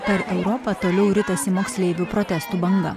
per europą toliau ritasi moksleivių protestų banga